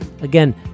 Again